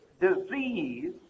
disease